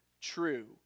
true